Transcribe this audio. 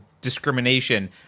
discrimination